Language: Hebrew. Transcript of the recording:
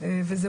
אנחנו